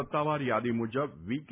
સત્તાવાર થાદી મુજબ વી કે